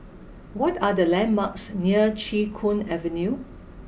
what are the landmarks near Chee Hoon Avenue